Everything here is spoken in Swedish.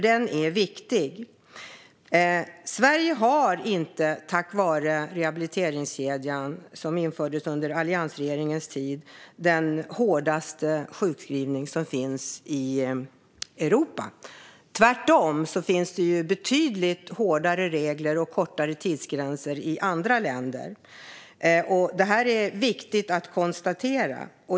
Den är viktig. Tack vare rehabiliteringskedjan, som infördes under alliansregeringens tid, har Sverige inte de hårdaste sjukskrivningsregler som finns i Europa. Tvärtom finns det betydligt hårdare regler och kortare tidsgränser i andra länder. Detta är viktigt att konstatera.